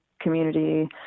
community